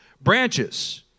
Branches